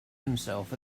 himself